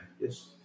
yes